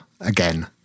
again